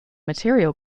material